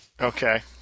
Okay